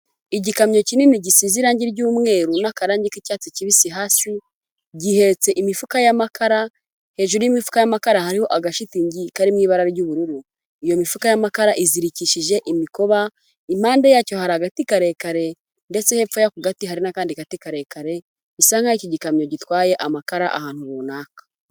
Igikamyo kinini gisize irangi ry'yumweru n'akarangi k'icyatsi kibisi hasi, gihetse imifuka y'amakara, hejuru y'imifuka y'amakara hariho agashitingi kari mu ibara ry'ubururu, iyo mifuka y'amakara izirikishije imikoba, impande yacyo hari agati karekare ndetse hepfo y'ako gati hari n'akandi gati karekare bisa nk'aho iki gikamyo gitwaye amakara ahantu runaka.